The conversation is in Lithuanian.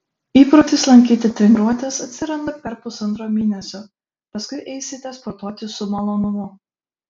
įprotis lankyti treniruotes atsiranda per pusantro mėnesio paskui eisite sportuoti su malonumu